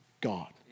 God